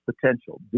potential